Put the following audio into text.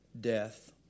death